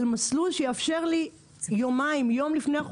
מסלול שיאפשר לי לבטל את החופשה יום-יומיים לפני.